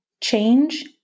change